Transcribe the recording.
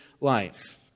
life